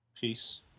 Peace